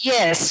Yes